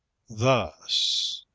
thus